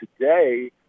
today